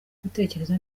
gutekereza